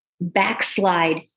backslide